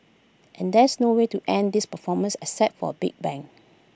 and there's no way to end this performance except for A big bang